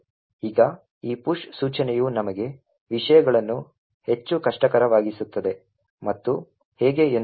ಈಗ ಈ ಪುಶ್ ಸೂಚನೆಯು ನಮಗೆ ವಿಷಯಗಳನ್ನು ಹೆಚ್ಚು ಕಷ್ಟಕರವಾಗಿಸುತ್ತದೆ ಮತ್ತು ಹೇಗೆ ಎಂದು ನೋಡೋಣ